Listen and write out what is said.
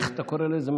איך אתה קורא לזה?